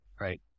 right